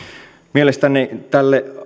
mielestäni tälle